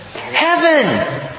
Heaven